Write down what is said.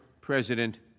President